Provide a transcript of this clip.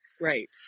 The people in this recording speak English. Right